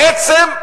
בעצם,